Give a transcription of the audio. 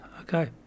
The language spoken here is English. Okay